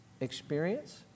Experience